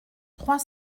trois